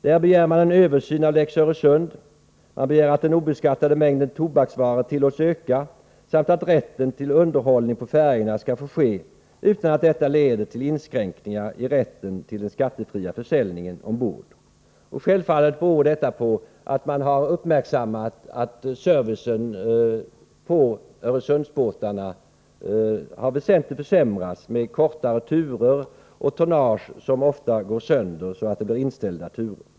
Där begär man en översyn av ”lex Öresund”. Man begär att den obeskattade mängden tobaksvaror tillåts öka samt att rätten till underhållning på färjorna skall få gälla utan att detta leder till inskränkningar i rätten till den skattefria försäljningen ombord. Självfallet beror detta på att man har uppmärksammat att servicen på Öresundsbåtarna har väsentligt försämrats på grund av färre turer och tonnage som ofta går sönder, så att turer måste inställas.